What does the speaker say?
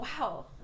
Wow